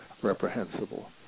reprehensible